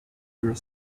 your